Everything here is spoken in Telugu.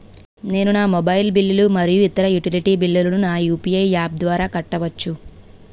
నేను నా మొబైల్ బిల్లులు మరియు ఇతర యుటిలిటీ బిల్లులను నా యు.పి.ఐ యాప్ ద్వారా కట్టవచ్చు